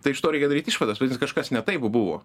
tai iš to reikia daryt išvadas vadinas kažkas ne taip buvo